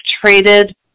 traded